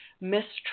mistrust